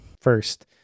first